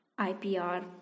IPR